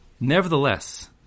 nevertheless